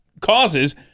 causes